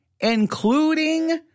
including